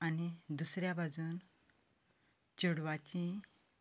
आनी दुसऱ्या बाजून चेडवाचो